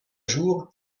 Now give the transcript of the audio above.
jour